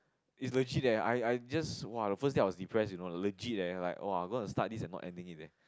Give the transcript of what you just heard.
is legit leh I I just !wah! the first day I was depressed you know legit eh like !wah! gonna start this and not ending it eh